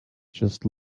just